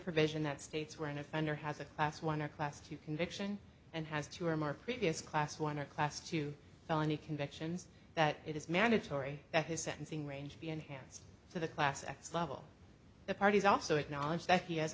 provision that states where an offender has a class one or class two conviction and has two or more previous class one or class two felony convictions that it is mandatory that his sentencing range be enhanced to the class x level the parties also acknowledge that he has